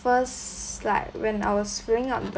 first like when I was growing up the